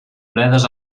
bledes